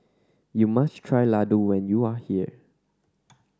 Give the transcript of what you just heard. you must try laddu when you are here